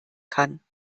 kann